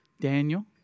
Daniel